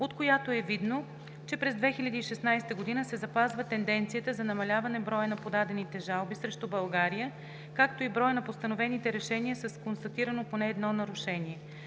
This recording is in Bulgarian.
от която е видно, че през 2016 г. се запазва тенденцията за намаляване броя на подадените жалби срещу България, както и броя на постановените решения с констатирано поне едно нарушение.